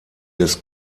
des